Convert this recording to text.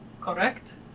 Correct